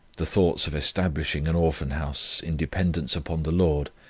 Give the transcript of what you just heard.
the thoughts of establishing an orphan-house, in dependence upon the lord,